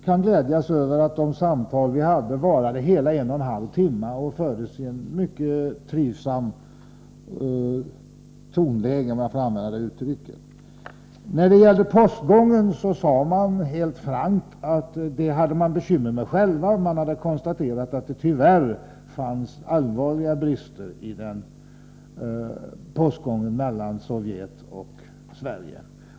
Jag gladde mig över att samtalet varade hela en och en halv timme och att det fördes i ett mycket trivsamt tonläge — om jag får använda det uttrycket. Beträffande postgången sade ryssarna helt frankt att de själva hade bekymmer. De hade konstaterat att det tyvärr fanns allvarliga brister i postgången mellan Sovjetunionen och Sverige.